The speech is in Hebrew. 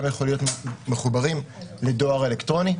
יכולים להיות מחוברים לדואר אלקטרוני.